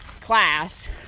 class